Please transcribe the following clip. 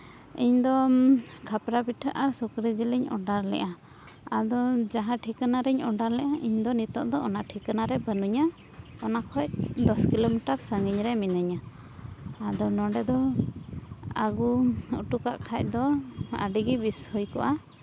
ᱤᱧ ᱫᱚ ᱠᱷᱟᱯᱨᱟ ᱯᱤᱴᱷᱟᱹ ᱟᱨ ᱥᱩᱠᱨᱤ ᱡᱤᱞᱤᱧ ᱚᱰᱟᱨ ᱞᱮᱜᱼᱟ ᱟᱫᱚ ᱡᱟᱦᱟᱸ ᱴᱷᱤᱠᱟᱹᱱᱟ ᱨᱤᱧ ᱚᱰᱟᱨ ᱞᱮᱜᱼᱟ ᱤᱧ ᱫᱚ ᱱᱤᱛᱳᱜ ᱫᱚ ᱚᱱᱟ ᱴᱷᱤᱠᱟᱹᱱᱟ ᱨᱮ ᱵᱟᱹᱱᱩᱧᱟ ᱚᱱᱟ ᱠᱷᱚᱡ ᱫᱚᱥ ᱠᱤᱞᱳᱢᱤᱴᱟᱨ ᱥᱟᱺᱜᱤᱧ ᱨᱮ ᱢᱤᱱᱟᱹᱧᱟ ᱟᱫᱚ ᱱᱚᱰᱮ ᱫᱚ ᱟᱹᱜᱩ ᱚᱴᱚ ᱠᱷᱟᱡ ᱫᱚᱢ ᱟᱹᱰᱤ ᱜᱮ ᱵᱮᱥ ᱦᱩᱭ ᱠᱚᱜᱼᱟ